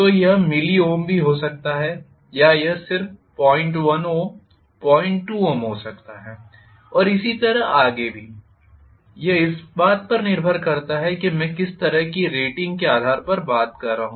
तो यह milliohm भी हो सकता है या यह सिर्फ 01 ओम 02 ओम हो सकता है और इसी तरह आगे भी यह इस पर निर्भर करता है कि मैं किस तरह की रेटिंग के आधार पर बात कर रहा हूं